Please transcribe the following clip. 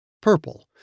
Purple